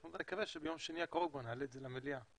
נקווה שביום שני הקרוב כבר נעלה את זה למליאה.